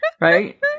right